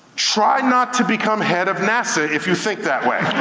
try not to become head of nasa if you think that way,